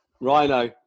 Rhino